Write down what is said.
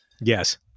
Yes